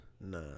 Nah